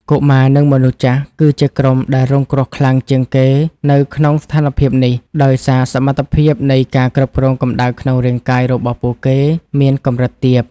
កុមារ និងមនុស្សចាស់ គឺជាក្រុមដែលរងគ្រោះខ្លាំងជាងគេនៅក្នុងស្ថានភាពនេះ ដោយសារសមត្ថភាពនៃការគ្រប់គ្រងកម្ដៅក្នុងរាងកាយរបស់ពួកគេមានកម្រិតទាប។